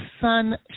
sun